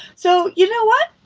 so you know what?